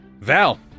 Val